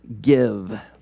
give